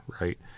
right